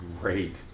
great